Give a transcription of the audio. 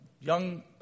young